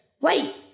Wait